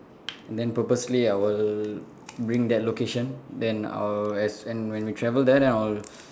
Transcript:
and then purposely I will bring that location then I'll as and when we will travel then I'll